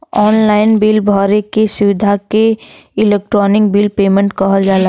online bill भरे क सुविधा के इलेक्ट्रानिक बिल पेमेन्ट कहल जाला